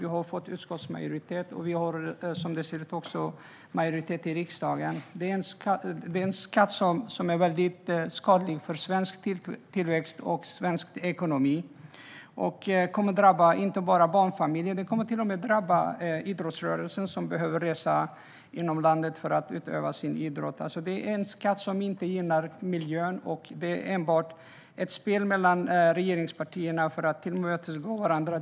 Vi har fått utskottsmajoritet, och vi har som det ser ut majoritet också i riksdagen. Detta är en skatt som är skadlig för svensk tillväxt och ekonomi. Den kommer att drabba barnfamiljer och till och med idrottsrörelsen, vars medlemmar behöver resa inom landet för att utöva sin idrott. Det är en skatt som inte gynnar miljön. Det är enbart ett spel mellan regeringspartierna för att tillmötesgå varandra.